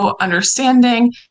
understanding